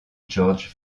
george